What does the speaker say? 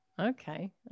Okay